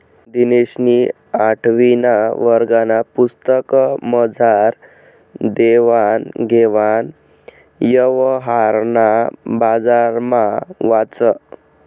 दिनेशनी आठवीना वर्गना पुस्तकमझार देवान घेवान यवहारना बारामा वाचं